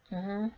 mmhmm